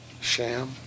Sham